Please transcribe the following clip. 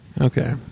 Okay